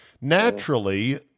naturally